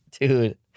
Dude